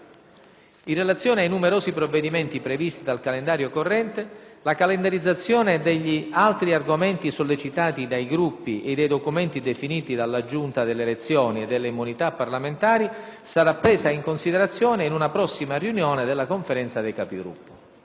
In relazione ai numerosi provvedimenti previsti dal calendario corrente, la calendarizzazione degli altri argomenti sollecitati dai Gruppi e dei documenti definiti dalla Giunta delle elezioni e delle immunità parlamentari sarà presa in considerazione in una prossima riunione della Conferenza dei Capigruppo.